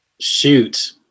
shoot